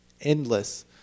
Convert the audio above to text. endless